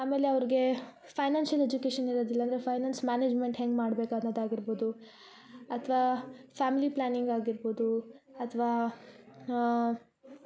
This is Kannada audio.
ಆಮೇಲೆ ಅವ್ರ್ಗೆ ಫೈನಾನ್ಷಿಯಲ್ ಎಜುಕೇಶನ್ ಇರದಿಲ್ಲ ಅಂದರೆ ಫೈನಾನ್ಸ್ ಮ್ಯಾನೇಜ್ಮೆಂಟ್ ಹೆಂಗ ಮಾಡ್ಬೇಕ್ ಅನ್ನದಾಗಿರ್ಬೋದು ಅಥ್ವಾ ಫ್ಯಾಮಿಲಿ ಪ್ಲಾನಿಂಗ್ ಆಗಿರ್ಬೋದು ಅಥ್ವಾ